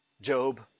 Job